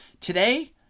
Today